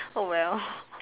oh well